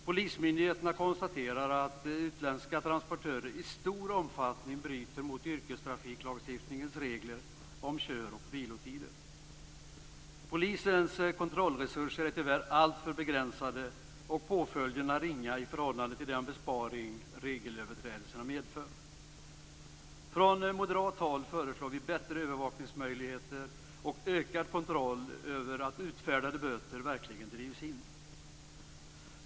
Polismyndigheterna konstaterar att utländska transportörer i stor omfattning bryter mot yrkestrafiklagstiftningens regler om kör och vilotider. Polisens kontrollresurser är tyvärr alltför begränsade, och påföljderna är ringa i förhållande till den besparing regelöverträdelserna medför. Från moderat håll föreslår vi bättre övervakningsmöjligheter och ökad kontroll över att utfärdade böter verkligen drivs in.